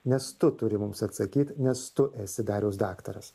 nes tu turi mums atsakyt nes tu esi dariaus daktaras